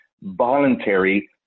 voluntary